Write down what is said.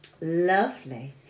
lovely